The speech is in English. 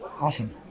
awesome